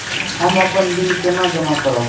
हम अपन बिल केना जमा करब?